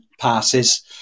passes